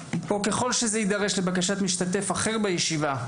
ככל שזה יידרש לבקשת משתתף אחר בישיבה,